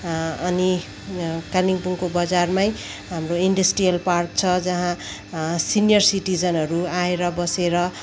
अनि कालिम्पोङको बजारमै हाम्रो इन्डस्ट्रियल पार्क छ जहाँ सिनियर सिटिजनहरू आएर बसेर